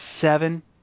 seven